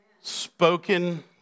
spoken